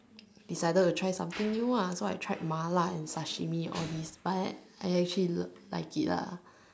decided to try something new ah so I tried Mala and Sashimi all these but I I actually like it ah